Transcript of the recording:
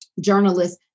journalists